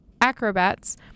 acrobats